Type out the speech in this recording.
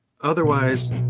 Otherwise